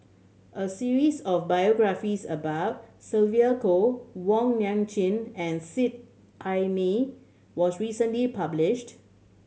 a series of biographies about Sylvia Kho Wong Nai Chin and Seet Ai Mee was recently published